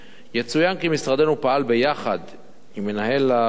יצוין כי משרדנו פעל ביחד עם מנהל הרשות,